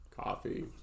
coffee